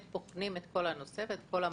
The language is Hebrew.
בוחנים את כל הנושא ואת כל המעורבים.